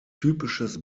typisches